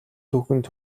түүхэнд